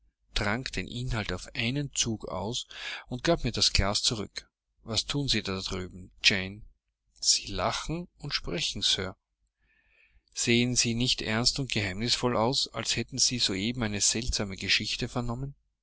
trank den inhalt auf einen zug aus und gab mir das glas zurück was thun sie da drüben jane sie lachen und sprechen sir sehen sie nicht ernst und geheimnisvoll aus als hätten sie soeben eine seltsame geschichte vernommen